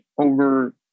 over